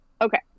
Okay